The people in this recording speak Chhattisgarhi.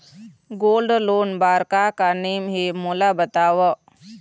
गोल्ड लोन बार का का नेम हे, मोला बताव?